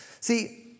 See